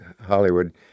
Hollywood